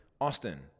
Austin